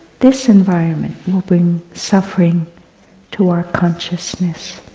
this environment will bring suffering to our consciousness.